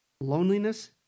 Loneliness